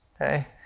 Okay